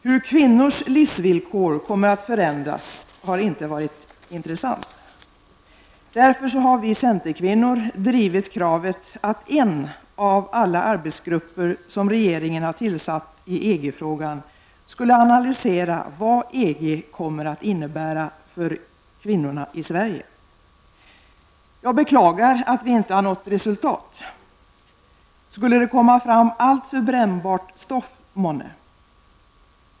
Hur kvinnors livsvillkor kommer att förändras har inte varit intressant. Därför har vi centerkvinnor drivit kravet att en av alla arbetsgrupper som regeringen har tillsatt i EG frågan skulle analysera vad EG kommer att innebära för kvinnorna i Sverige. Jag beklagar att vi inte har nått resultat. Skulle det komma fram alltför brännbart stoff, månne?